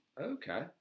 Okay